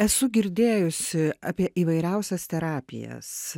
esu girdėjusi apie įvairiausias terapijas